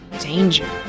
Danger